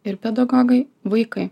ir pedagogai vaikai